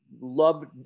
Love